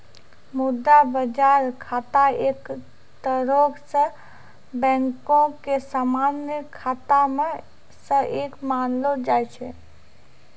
मुद्रा बजार खाता एक तरहो से बैंको के समान्य खाता मे से एक मानलो जाय छै